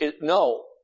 No